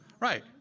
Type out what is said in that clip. Right